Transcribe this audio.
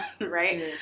right